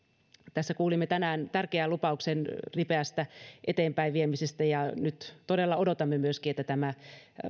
tässä kuulimme tänään tärkeän lupauksen ripeästä eteenpäin viemisestä ja nyt todella odotamme myöskin että tämä